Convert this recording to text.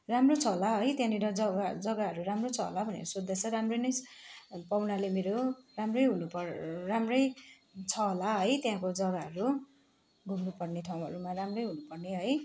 राम्रो छ होला है त्यहाँनिर जग्गाहरू जग्गाहरू राम्रो छ होला भनेर सोध्दैछ राम्रो नै पाहुनाले मेरो राम्रै हुनुपर्ने राम्रै छ होला है त्यहाँको जग्गाहरू घुम्नुपर्ने ठाउँहरूमा राम्रै हुनुपर्ने है